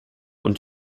und